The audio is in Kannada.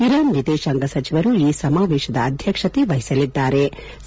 ಇರಾನ್ ವಿದೇಶಾಂಗ ಸಚಿವರು ಈ ಸಮಾವೇಶದ ಅಧ್ವಕ್ಷತೆ ವಹಿಸಲಿದ್ಲಾರೆ